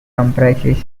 comprises